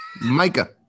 Micah